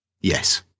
yes